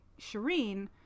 Shireen